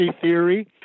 theory